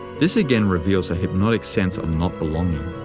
this again reveals a hypnotic sense of not belonging.